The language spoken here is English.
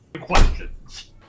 questions